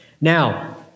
Now